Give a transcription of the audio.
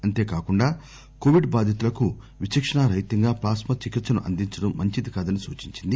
అంతే కాకుండా కొవిడ్ బాధితులకు విచక్షణా రహితంగా ప్లాస్మా చికిత్సను అందించటం మంచిదికాదని సూచించింది